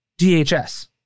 DHS